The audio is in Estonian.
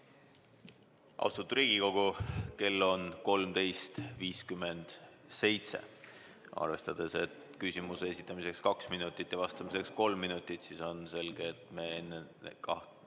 Austatud Riigikogu! Kell on 13.57. Arvestades, et küsimuse esitamiseks on aega kaks minutit ja vastamiseks kolm minutit, on selge, et me enne kella